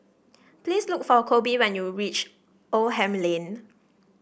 please look for Coby when you reach Oldham Lane